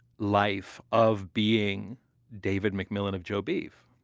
life of being david mcmillan of joe beef